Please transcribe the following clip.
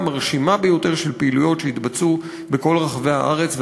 ומרשימה ביותר של פעילויות שהתבצעו בכל רחבי הארץ,